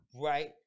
Right